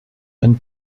and